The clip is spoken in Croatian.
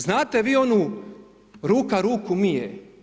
Znate vi onu, ruka ruku mije.